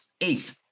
Eight